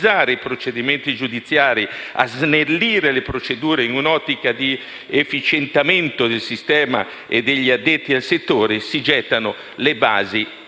velocizzare i procedimenti giudiziari e a snellire le procedure in un'ottica di efficientamento del sistema e degli addetti al settore, si gettano le basi